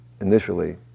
initially